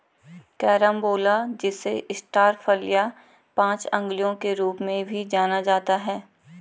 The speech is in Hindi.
कैरम्बोला जिसे स्टार फल या पांच अंगुलियों के रूप में भी जाना जाता है